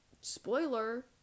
Spoiler